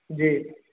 जी